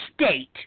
state